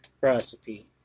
recipe